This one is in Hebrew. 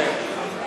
כן.